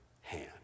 hand